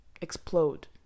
explode